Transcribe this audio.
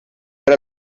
era